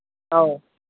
ꯑꯧ